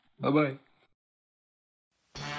Bye-bye